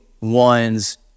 one's